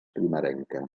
primerenca